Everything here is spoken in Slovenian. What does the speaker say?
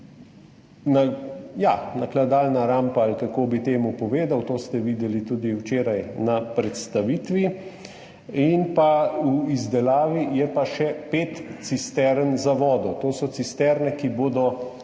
nakladalno rampo – ali kako bi temu rekel? – to ste videli tudi včeraj na predstavitvi. V izdelavi je pa še pet cistern za vodo. To so cisterne, ki bodo